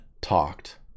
talked